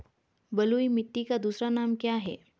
बलुई मिट्टी का दूसरा नाम क्या है?